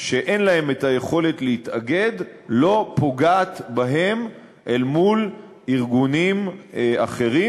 שאין להם יכולת להתאגד לא פוגעת בהם אל מול ארגונים אחרים,